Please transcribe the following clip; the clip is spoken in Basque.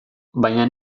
baina